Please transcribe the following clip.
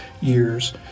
years